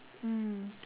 mm